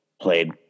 played